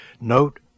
Note